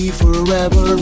forever